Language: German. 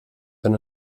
wenn